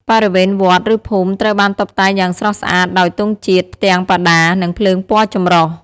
បរិវេណវត្ត ឬភូមិត្រូវបានតុបតែងយ៉ាងស្រស់ស្អាតដោយទង់ជាតិ ផ្ទាំងបដា និងភ្លើងពណ៌ចម្រុះ។